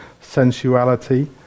sensuality